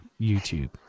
YouTube